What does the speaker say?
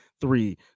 three